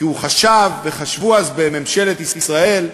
כי הוא חשב, וחשבו אז בממשלת ישראל,